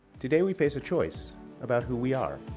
today we face a choice about who we are.